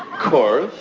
coarse,